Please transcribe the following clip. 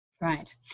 Right